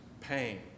pain